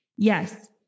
Yes